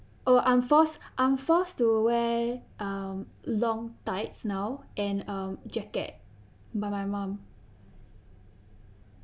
oh I'm forced I'm forced to wear um long tights now and a jacket by my mom